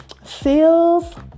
Seals